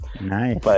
Nice